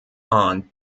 aunt